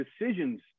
decisions